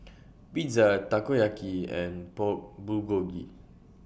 Pizza Takoyaki and Pork Bulgogi